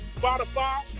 Spotify